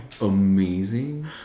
amazing